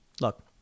Look